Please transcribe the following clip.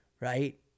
right